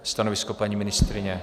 Stanovisko, paní ministryně?